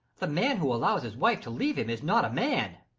the man who allows his wife to leave him is not a man.